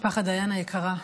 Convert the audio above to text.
משפחה דיין היקרה,